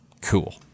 Cool